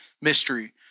mystery